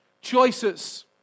choices